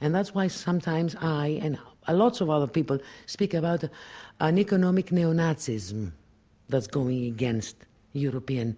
and that's why sometimes i and a lot of other people speak about an economic neo-nazism that's going against european